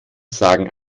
sagen